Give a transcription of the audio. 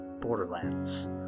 Borderlands